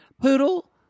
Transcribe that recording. Poodle